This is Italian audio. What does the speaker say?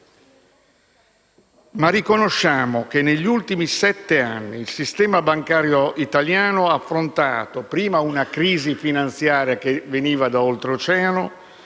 Riconosciamo però che negli ultimi sette anni il sistema bancario italiano ha affrontato prima una crisi finanziaria, che veniva da Oltreoceano,